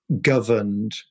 governed